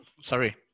Sorry